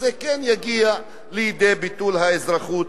זה כן יגיע לידי ביטול האזרחות,